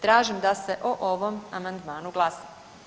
Tražim da se o ovom amandmanu glasa.